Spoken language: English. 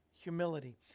humility